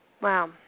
Wow